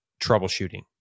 troubleshooting